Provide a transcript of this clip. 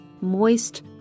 moist